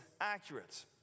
accurate